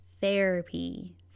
therapy